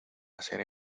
hacer